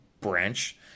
branch